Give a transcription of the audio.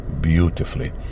beautifully